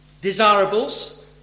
desirables